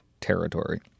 territory